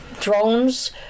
drones